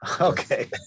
Okay